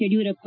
Yediyurappa